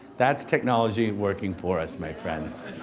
that's technology working for us, my friends.